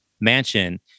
mansion